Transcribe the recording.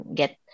get